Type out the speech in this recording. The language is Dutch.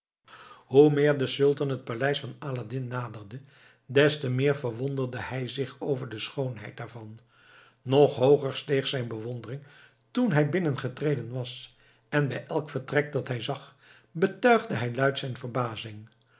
hoe meer de sultan het paleis van aladdin naderde des te meer verwonderde hij zich over de schoonheid daarvan nog hooger steeg zijn bewondering toen hij binnengetreden was en bij elk vertrek dat hij zag betuigde hij luid zijn verbazing